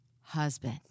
husband